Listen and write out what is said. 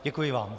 Děkuji vám.